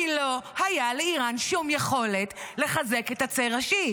כי לא הייתה לאיראן שום יכולת לחזק את הציר השיעי.